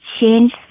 change